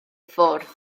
ffwrdd